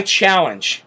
challenge